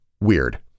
WEIRD